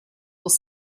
will